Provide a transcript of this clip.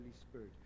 spirit